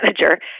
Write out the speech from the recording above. manager